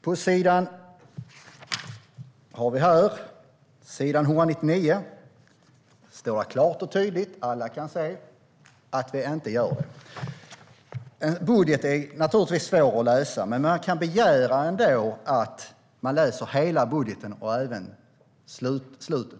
På s. 199 i den tryckta versionen, som jag nu håller upp, står det klart och tydligt så att alla kan se att vi inte gör det. En budget är naturligtvis svår att läsa, men det kan ändå begäras att man läser hela budgeten - även slutet.